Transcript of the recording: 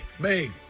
Big